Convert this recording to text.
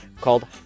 called